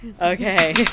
Okay